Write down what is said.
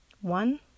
One